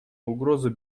угрозу